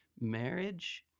Marriage